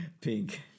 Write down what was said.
Pink